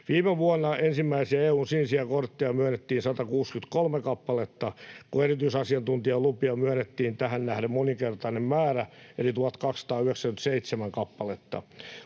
Viime vuonna ensimmäisiä EU:n sinisiä kortteja myönnettiin 163 kappaletta, kun erityisasiantuntijalupia myönnettiin tähän nähden moninkertainen määrä eli 1 297 kappaletta.